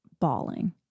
bawling